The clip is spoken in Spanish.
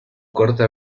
corta